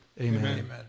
Amen